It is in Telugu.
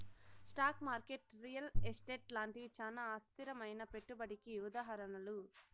స్టాకు మార్కెట్ రియల్ ఎస్టేటు లాంటివి చానా అస్థిరమైనా పెట్టుబడికి ఉదాహరణలు